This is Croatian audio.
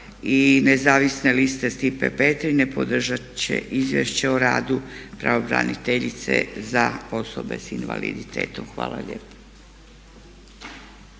i nezavisne liste Stipe Petrine podržat će Izvješće o radu pravobraniteljice za osobe s invaliditetom. Hvala lijepa.